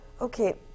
Okay